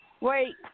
Wait